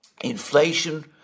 inflation